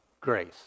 grace